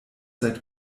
seit